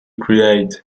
create